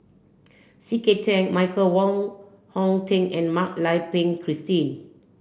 C K Tang Michael Wong Hong Teng and Mak Lai Peng Christine